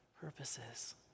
purposes